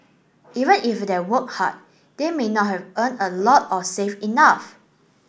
even if they worked hard they may not have earned a lot or saved enough